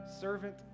servant